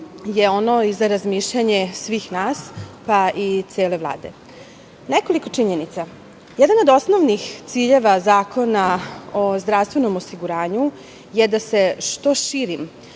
je ono i za razmišljanje svih nas, pa i cele Vlade. Nekoliko činjenica. Jedan od osnovnih ciljeva Zakona o zdravstvenom osiguranju je da se što širim,